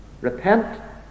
Repent